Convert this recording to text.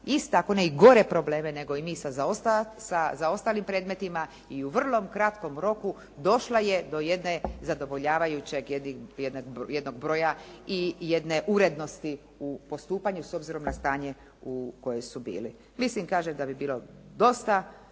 iste, ako ne i gore probleme nego i mi sa zaostalim predmetima i u vrlo kratkom roku došla je do jedne zadovoljavajuće, jednog broja i jedne urednosti u postupanju s obzirom na stanje u kojem su bili. Mislim, kažem da bi bilo dosta